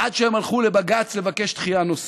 עד שהם הלכו לבג"ץ לבקש דחייה נוספת.